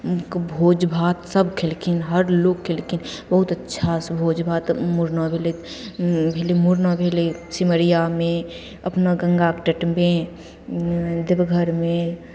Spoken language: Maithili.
के भोज भात सभ खएलखिन हर लोक खएलखिन बहुत अच्छासे भोज भात मुड़ना भेलै भेलै मुड़ना भेलै सिमरियामे अपना गङ्गाके तटमे देवघरमे